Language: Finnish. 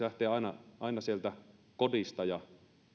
lähtee aina aina sieltä kodista ja